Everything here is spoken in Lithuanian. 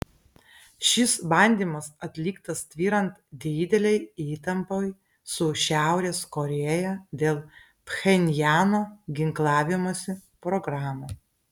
šis bandymas atliktas tvyrant didelei įtampai su šiaurės korėja dėl pchenjano ginklavimosi programų